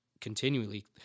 continually